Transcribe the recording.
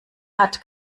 hat